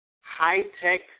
high-tech